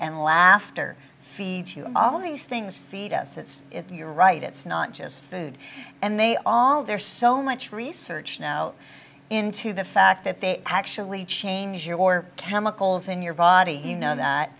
and laughter feeds you all these things feed us it's your right it's not just food and they all there's so much research now into the fact that they actually change your chemicals in your body you know that